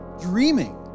dreaming